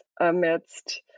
amidst